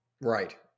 Right